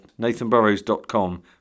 nathanburrows.com